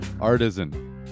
artisan